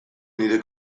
nire